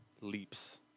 leaps